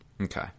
Okay